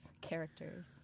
characters